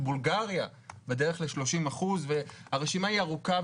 בולגריה בדרך ל-30% והרשימה היא ארוכה,